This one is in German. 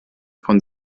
von